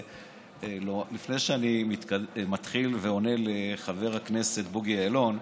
לפני שאני מתחיל לענות לחבר הכנסת בוגי יעלון,